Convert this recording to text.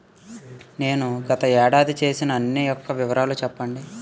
నేను గత ఏడాది చేసిన అన్ని యెక్క వివరాలు కావాలి?